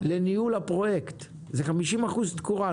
לניהול הפרויקט, זה 50% תקורה.